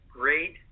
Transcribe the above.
great